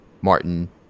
Martin